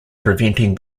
preventing